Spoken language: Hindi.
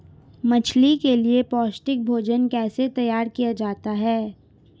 मछली के लिए पौष्टिक भोजन कैसे तैयार किया जाता है?